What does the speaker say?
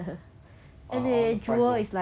uh I want the fries though I want the fries